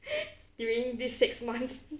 during this six months